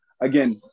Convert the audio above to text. again